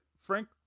Frank